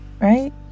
right